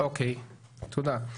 תודה.